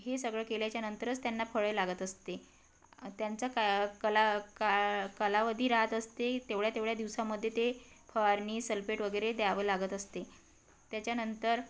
हे सगळं केल्याच्यानंतरच त्यांना फळे लागत असते त्यांचा का कला का कालावधी राहत असते तेवढ्या तेवढ्या दिवसामध्ये ते फवारणी सल्पेट वगैरे द्यावं लागत असते त्याच्यानंतर